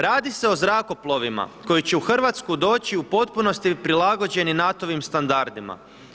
Radi se o zrakoplovima koji će u Hrvatsku doći u potpunosti prilagođeni NATO-vim standardima.